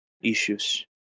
issues